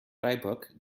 freiburg